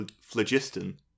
phlogiston